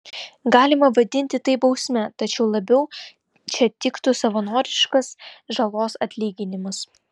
galima vadinti tai bausme tačiau labiau čia tiktų savanoriškas žalos atlyginimas